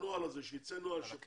הנוהל הזה, שפחות